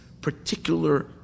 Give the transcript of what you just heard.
particular